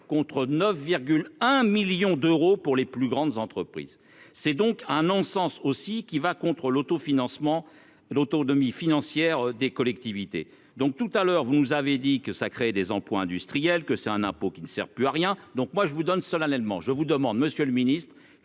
contre 9 1 millions d'euros pour les plus grandes entreprises, c'est donc un non-sens aussi qui va contre l'auto-financement l'autonomie financière des collectivités donc tout à l'heure, vous nous avez dit que ça crée des emplois industriels, que c'est un impôt qui ne sert plus à rien, donc moi je vous donne solennellement, je vous demande, monsieur le Ministre,